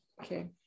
okay